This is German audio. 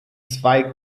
zwei